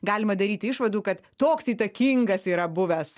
galima daryti išvadų kad toks įtakingas yra buvęs